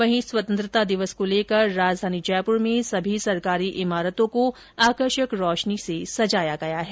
वहीं स्वतंत्रता दिवस को लेकर राजधानी जयपुर में सभी सरकारी इमारतों को आकर्षक रोशनी से सजाया गया है